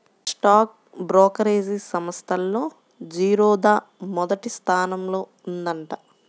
stock brokerage సంస్థల్లో జిరోదా మొదటి స్థానంలో ఉందంట